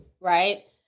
right